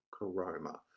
Coroma